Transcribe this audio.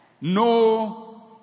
no